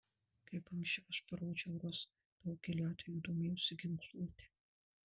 kaip ankščiau aš parodžiau ros daugeliu atvejų domėjosi ginkluote